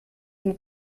dem